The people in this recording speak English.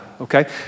okay